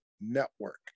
network